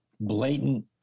blatant